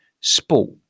sport